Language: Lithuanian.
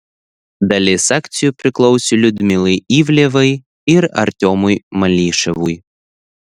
dalis akcijų priklausė liudmilai ivlevai ir artiomui malyševui